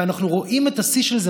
ואנחנו רואים את השיא של זה,